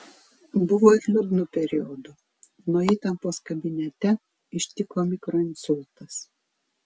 buvo ir liūdnų periodų nuo įtampos kabinete ištiko mikroinsultas